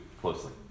closely